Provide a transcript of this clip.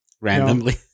randomly